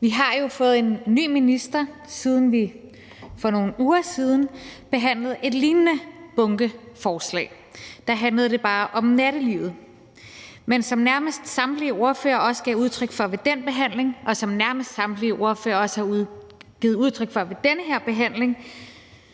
Vi har jo fået en ny minister, siden vi for nogle uger siden behandlede et lignende bunkeforslag – der handlede det bare om nattelivet. Men som nærmest samtlige ordfører også gav udtryk for ved den behandling, og som nærmest samtlige ordførere også har givet udtryk for ved den her behandling,